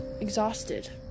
exhausted